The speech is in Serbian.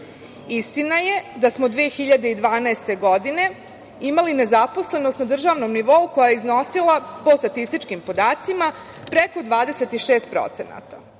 Istina je da smo 2012. godine imali nezaposlenost na državnom nivou koja je iznosila po statističkim podacima preko 26%.